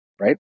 right